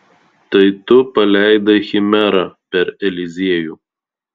tai tu paleidai chimerą per eliziejų